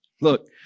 Look